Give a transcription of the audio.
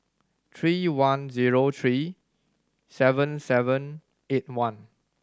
three one zero three seven seven eight one